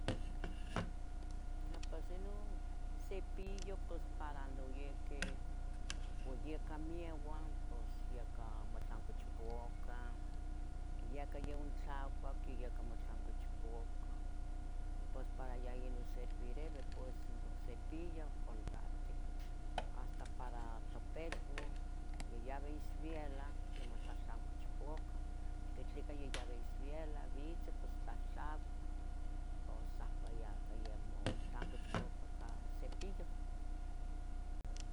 Ah pues ino, cepillo pos para noyihqui, pos yecah mieua pos yaca motlancoch puacah, yaca ontlacuah, yaca motlanch puacah, pos para yaino servirevi pues, ino cepillo, Colgate, hasta para topelua, ya yabih isbielah ya motlahtlancoch puacah, porque tlieca ya yabih isbielah, bitzeh pos tlahtlacua, pos sahpa yaca yeh motlancoch puacaca ca cepillo